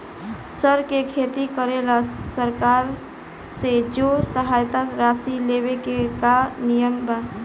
सर के खेती करेला सरकार से जो सहायता राशि लेवे के का नियम बा?